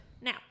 Now